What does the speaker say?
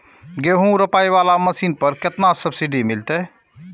गेहूं रोपाई वाला मशीन पर केतना सब्सिडी मिलते?